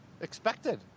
expected